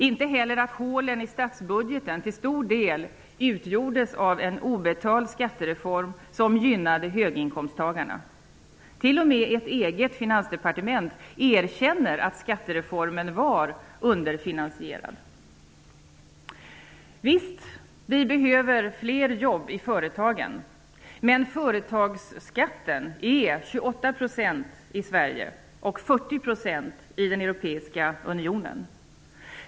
Inte heller att hålen i statsbudgeten till stor del utgjordes av en obetalad skattereform som gynnade höginkomsttagarna. T.o.m. ert eget finansdepartement erkänner att skattereformen var underfinansierad. Visst, vi behöver fler jobb i företagen. Men företagsskatten är 28 % i Sverige och 40 % i den euroepiska unionen.